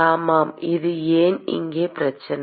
மாணவர் ஆமாம் அது ஏன் இங்கே பிரச்சனை